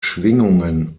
schwingungen